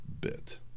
bit